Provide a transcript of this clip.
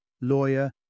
lawyer